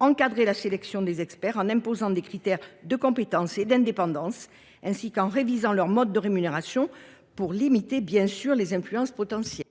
encadrer la sélection des experts en imposant des critères de compétence et d’indépendance, et en révisant leur mode de rémunération, afin de limiter les influences potentielles.